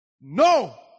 No